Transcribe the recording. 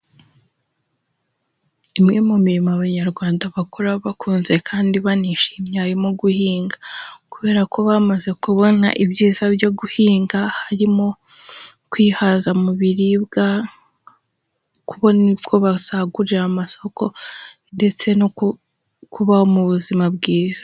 Imwe mu mirimo Abanyarwanda bakora bakunze kandi banishimye harimo guhinga, kubera ko bamaze kubona ibyiza byo guhinga harimo kwihaza mu biribwa, kubona uko basagurira amasoko ndetse no kuba mu buzima bwiza.